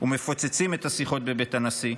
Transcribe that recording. ומפוצצים את השיחות בבית הנשיא,